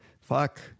fuck